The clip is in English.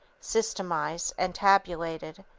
systematized and tabulated,